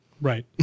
Right